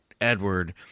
Edward